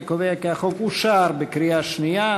אני קובע כי החוק אושר בקריאה שנייה.